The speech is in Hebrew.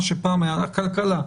מה שפעם היה הכלכלה,